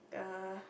uh